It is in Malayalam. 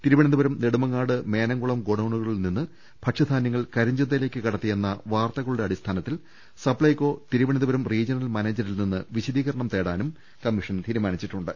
തിരുവനന്തപുരം നെടുമങ്ങാട് മേനംകുളം ഗോഡൌണുകളിൽ നിന്ന് ഭക്ഷ്യധാന്യങ്ങൾ കരി ഞ്ചന്തയിലേക്ക് കടത്തിയെന്ന വാർത്തകളുടെ അടിസ്ഥാനത്തിൽ സപ്പൈകൊ തിരുവനന്തപുരം റീജ്യണൽ മാനേജരിൽ നിന്ന് വിശദീകരണം തേടാനും കമ്മീഷൻ തീരുമാനിച്ചിട്ടുണ്ട്